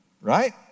right